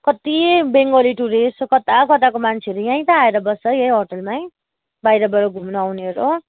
कति बङ्गाली टुरिस्ट कताकताको मान्छेहरू यहीँ त आएर बस्छ यहीँ होटलमै बाहिरबाट घुम्न आउनेहरू